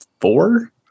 four